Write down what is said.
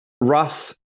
Russ